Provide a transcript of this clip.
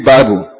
Bible